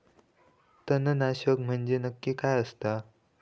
तणनाशक म्हंजे नक्की काय असता?